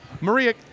Maria